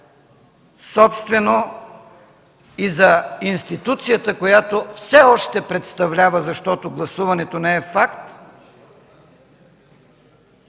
няма как и за институцията, която все още представлява, защото гласуването не е факт,